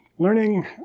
Learning